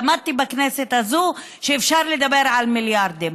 למדתי בכנסת הזאת שאפשר לדבר על מיליארדים,